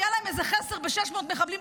היה להם איזה חסר ב-600 מחבלים,